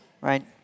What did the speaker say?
Right